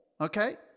okay